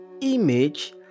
image